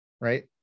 right